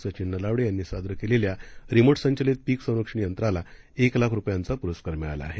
सचिन नलावडे यांनी सादर केलेल्या रिमोट संचलित पीक संरक्षण यंत्राला एक लाख रुपयांचा पुरस्कार मिळाला आहे